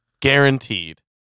Guaranteed